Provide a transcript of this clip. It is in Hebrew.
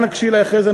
אנא גשי אלי אחרי זה.